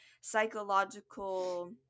psychological